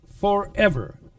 forever